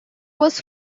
was